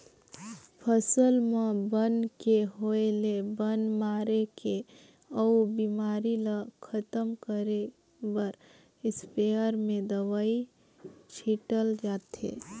फसल म बन के होय ले बन मारे के अउ बेमारी ल खतम करे बर इस्पेयर में दवई छिटल जाथे